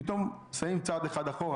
פתאום לוקחים צעד אחד אחורה.